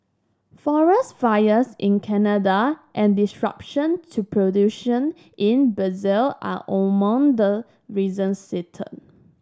forest fires in Canada and disruption to production in Brazil are among the reasons